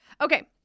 Okay